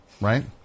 Right